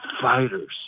fighters